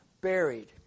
buried